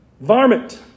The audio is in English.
Varmint